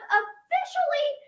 officially